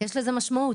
יש לזה משמעות.